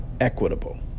equitable